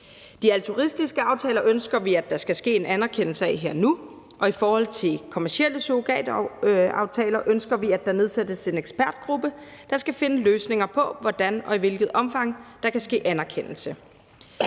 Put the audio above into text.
De altruistiske aftaler ønsker vi at der skal ske en anerkendelse af her og nu, og i forhold til kommercielt surrogat-aftaler ønsker vi, at der nedsættes en ekspertgruppe, der skal finde løsninger på, hvordan og i hvilket omfang der kan ske anerkendelse.